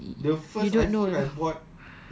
don't say that you don't know though